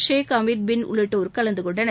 ஷேக் அமித் பின் உள்ளிட்டோர் கலந்து கொண்டனர்